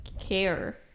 care